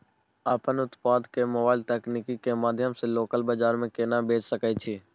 अपन उत्पाद के मोबाइल तकनीक के माध्यम से लोकल बाजार में केना बेच सकै छी?